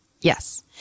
Yes